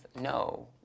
No